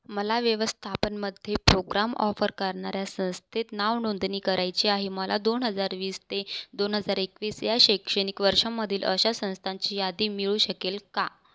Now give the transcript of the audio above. मला व्यवस्थापनमध्ये programme offer करणार्या संस्थेत नावनोंदणी करायची आहे मला दोन हजार वीस ते दोन हजार एकवीस या शैक्षणिक वर्षामधील अशा संस्थांची यादी मिळू शकेल का